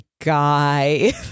guy